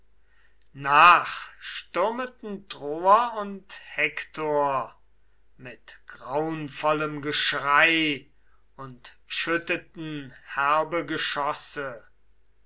nach stürmeten troer und hektor mit graunvollem geschrei und schütteten herbe geschosse